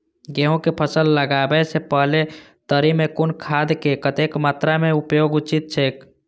गेहूं के फसल लगाबे से पेहले तरी में कुन खादक कतेक मात्रा में उपयोग उचित छेक?